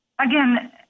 Again